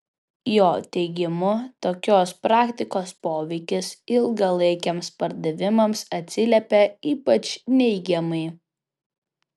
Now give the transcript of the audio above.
jo teigimu tokios praktikos poveikis ilgalaikiams pardavimams atsiliepia ypač neigiamai